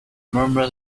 murmur